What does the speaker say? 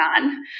on